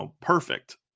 perfect